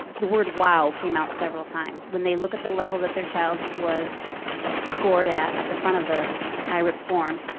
the word wow came out several times when they look at the level that their child was scored at at the front of the irip form,